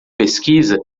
pesquisa